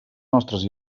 nostres